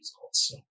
results